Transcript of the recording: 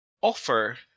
offer